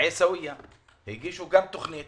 בעיסאוויה הגישו תוכנית